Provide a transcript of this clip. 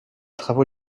travaux